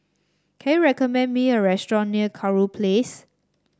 can you recommend me a restaurant near Kurau Place